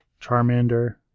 Charmander